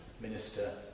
minister